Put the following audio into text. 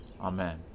Amen